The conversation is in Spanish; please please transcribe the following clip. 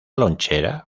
lonchera